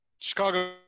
Chicago